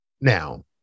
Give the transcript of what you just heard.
Now